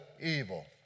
evil